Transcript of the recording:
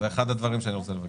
זה אחד הדברים שאני רוצה לבקש.